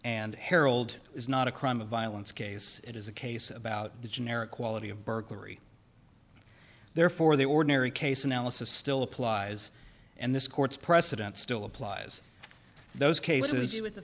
and herald is not a crime of violence case it is a case about the generic quality of burglary therefore the ordinary case analysis still applies and this court's precedent still applies those